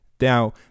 Now